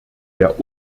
der